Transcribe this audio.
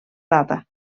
data